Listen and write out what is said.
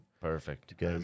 Perfect